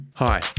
Hi